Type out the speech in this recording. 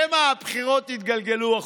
שמא הבחירות יתגלגלו החוצה.